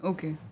Okay